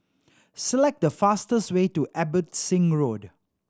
select the fastest way to Abbotsingh Road